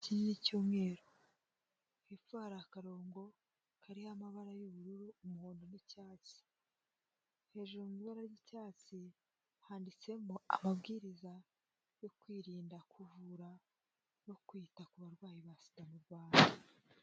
Ikirango kinini cy'umweru, hepfo hari akarongo kariho amabara y'ubururu, umuhondo n'icyatsi, hejuru mu ibara ry'icyatsi, handitsemo amabwiriza yo kwirinda kuvura no kwita ku barwayi ba sida mu Rwanda.